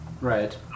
Right